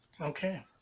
okay